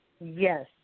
Yes